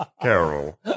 Carol